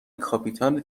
کاپیتان